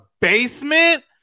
basement